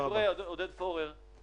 היושב-ראש עודד פורר,